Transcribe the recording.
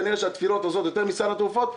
כנראה התפילות עוזרות יותר מסל התרופות,